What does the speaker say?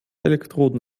elektroden